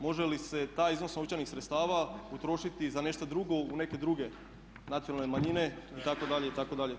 Može li se taj iznos novčanih sredstava utrošiti i za nešto drugo u neke druge nacionalne manjine itd., itd.